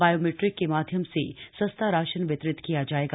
biometric के माध्यम से सस्ता राशन वितरित किया जाएगा